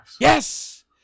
Yes